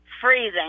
Freezing